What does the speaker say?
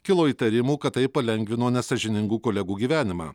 kilo įtarimų kad tai palengvino nesąžiningų kolegų gyvenimą